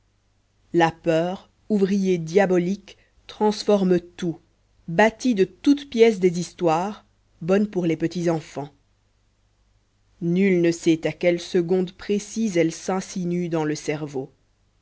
la peur ouvrier diabolique transforme tout bâtit de toutes pièces des histoires bonnes pour les petits enfants nul ne sait à quelle seconde précise elle s'insinue dans le cerveau